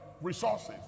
resources